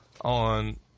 on